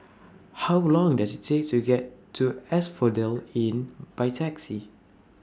How Long Does IT Take to get to Asphodel Inn By Taxi